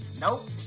Nope